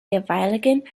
jeweiligen